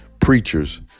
preachers